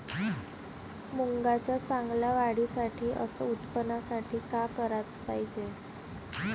मुंगाच्या चांगल्या वाढीसाठी अस उत्पन्नासाठी का कराच पायजे?